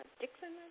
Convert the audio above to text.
Dixon